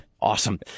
Awesome